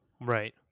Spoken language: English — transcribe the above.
Right